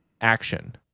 action